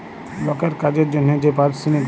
লকের কাজের জনহে যে পারিশ্রমিক দেয়